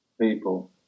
People